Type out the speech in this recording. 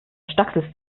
stackselst